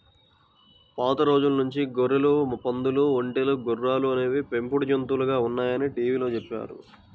పాత రోజుల నుంచి గొర్రెలు, పందులు, ఒంటెలు, గుర్రాలు అనేవి పెంపుడు జంతువులుగా ఉన్నాయని టీవీలో చెప్పారు